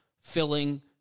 filling